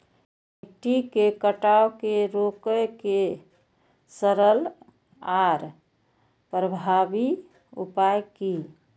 मिट्टी के कटाव के रोके के सरल आर प्रभावी उपाय की?